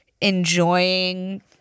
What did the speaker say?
enjoying